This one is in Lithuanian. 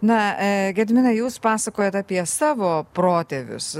na gediminai jūs pasakojot apie savo protėvius